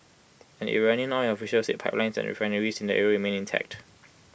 an Iranian oil official said pipelines and refineries in the area remained intact